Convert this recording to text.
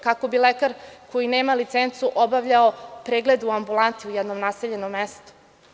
Kako bi lekar koji nema licencu obavljao pregled u ambulanti u jednom naseljenom mestu?